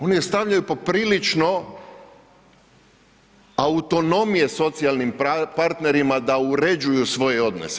Oni ostavljaju poprilično autonomije socijalnim partnerima da uređuju svoje odnose.